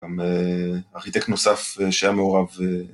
גם ארכיטקט נוסף שהיה מעורב.